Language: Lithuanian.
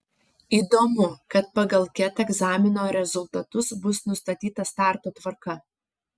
įdomu kad pagal ket egzamino rezultatus bus nustatyta starto tvarka